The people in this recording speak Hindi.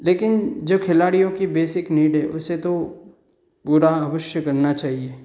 लेकिन जो खिलाडियों की बेसिक नीड है उसे तो पूरा अवश्य करना चाहिए